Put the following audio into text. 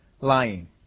lying